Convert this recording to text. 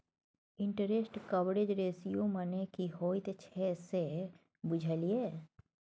Interest coverage ratio मने की होइत छै से बुझल यै?